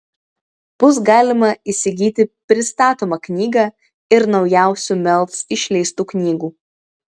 bus galima įsigyti pristatomą knygą ir naujausių melc išleistų knygų